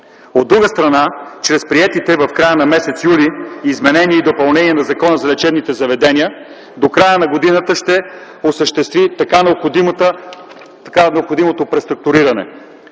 От друга страна, чрез приетите в края на м. юли т.г. изменения и допълнения на Закона за лечебните заведения, до края на годината ще осъществи така необходимото преструктуриране